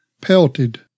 pelted